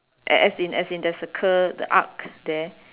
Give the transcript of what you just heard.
as as in as in there is a curve the arc there